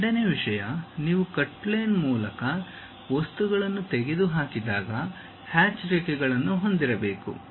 ಎರಡನೆಯ ವಿಷಯ ನೀವು ಕಟ್ ಪ್ಲೇನ್ ಮೂಲಕ ವಸ್ತುಗಳನ್ನು ತೆಗೆದುಹಾಕಿದಾಗ ಹ್ಯಾಚ್ ರೇಖೆಗಳನ್ನು ಹೊಂದಿರಬೇಕು